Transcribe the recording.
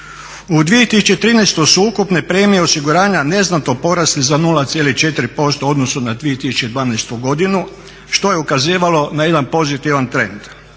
U 2013. su ukupne premije osiguranja neznatno porasle za 0,4% u odnosu na 2012. godinu što je ukazivalo na jedan pozitivan trend.